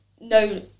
No